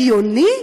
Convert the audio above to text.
הגיוני?